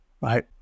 right